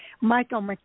Michael